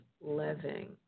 living